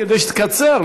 כדי שתקצר,